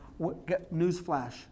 Newsflash